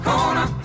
Corner